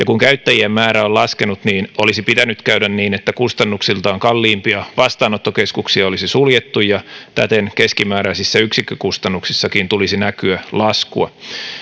kun käyttäjien määrä on laskenut niin olisi pitänyt käydä niin että kustannuksiltaan kalliimpia vastaanottokeskuksia olisi suljettu ja täten keskimääräisissä yksikkökustannuksissakin tulisi näkyä laskua